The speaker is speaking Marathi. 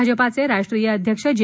भाजपाचे राष्ट्रीय अध्यक्ष जे